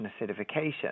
acidification